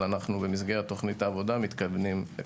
אבל אנו במסגרת תוכנית העבודה מתקדמים.